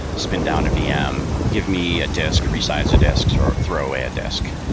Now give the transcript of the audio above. spin down a vm, give me a disk, resize a disk or throw away a disk.